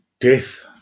death